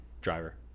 Driver